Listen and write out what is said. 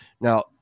Now